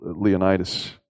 Leonidas